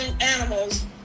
animals